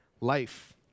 life